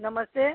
नमस्ते